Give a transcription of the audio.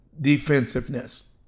defensiveness